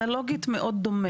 אנלוגית, מאוד דומה.